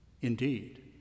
Indeed